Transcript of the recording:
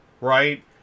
right